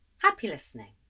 happy listening!